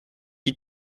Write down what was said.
qui